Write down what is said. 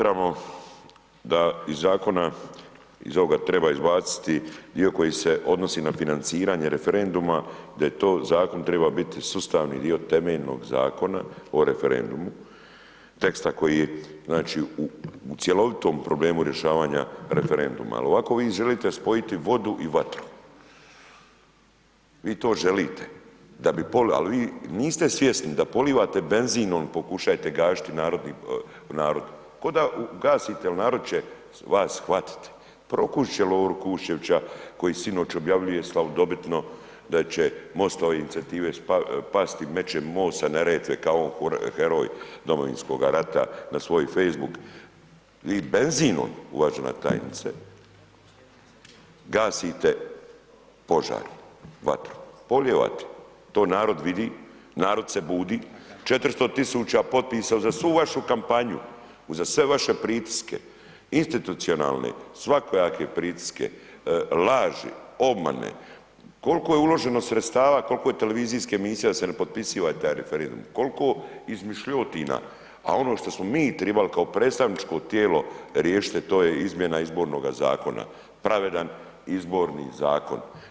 Smatramo da iz zakona iz ovoga treba izbaciti dio koji se odnosi na financiranje referenduma, da je taj zakon trebao biti sustavni dio temeljnog Zakona o referendumu, teksta koji je, znači, u cjelovitom problemu rješavanja referenduma jel ovako vi želite spojiti vodu i vatru, vi to želite da bi, al vi niste svjesni da polivate benzinom pokušajte gašiti narod, koda gasite jel narod će vas shvatiti, prokužit će Lovru Kuščevića koji sinoć objavljuje slavodobitno da će MOST-ove inicijative pasti, meće most sa Neretve, kao on heroj Domovinskoga rata na svoj Facebook, vi benzinom, uvažena tajnice gasite požar, vatru, polijevate, to narod vidi, narod se budi, 400 000 potpisa za svu vašu kampanju, uza sve vaše pritiske, institucionalne, svakojake pritiske, laži, obmane, kolko je uloženo sredstava, kolko je televizijskih emisija se nepotpisiva taj referendum, kolko izmišljotina, a ono što smo mi tribali kao predstavničko tijelo riješiti, to je izmjena izbornoga zakona, pravedan izborni zakon.